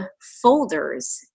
folders